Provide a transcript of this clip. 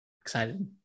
Excited